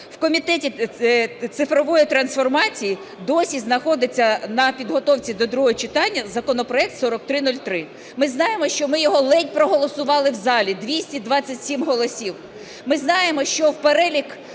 В Комітеті цифрової трансформації досі знаходиться на підготовці до другого читання законопроект 4303. Ми знаємо, що ми його ледь проголосували в залі, 227 голосів. Ми знаємо, що в перелік